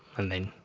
and then